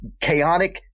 chaotic